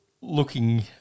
looking